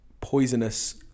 Poisonous